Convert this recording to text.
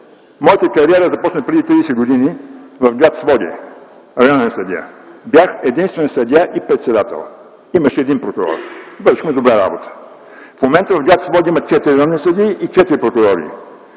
моята кариера започна преди 30 години в гр. Своге – районен съдия. Бях единствен съдия и председател, имаше един прокурор. Вършихме добра работа. В момента в гр. Своге има 4 районни съдии и 4 прокурори.